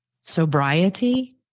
sobriety